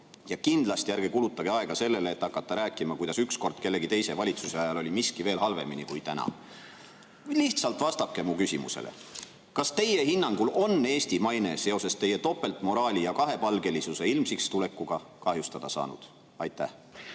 Ja kindlasti ärge kulutage aega sellele, et hakata rääkima, kuidas ükskord kellegi teise valitsuse ajal oli miski veel halvemini kui täna. Lihtsalt vastake mu küsimusele. Kas teie hinnangul on Eesti maine seoses teie topeltmoraali ja kahepalgelisuse ilmsiks tulekuga kahjustada saanud? Aitäh,